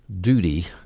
duty